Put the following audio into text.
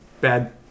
bad